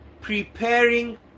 preparing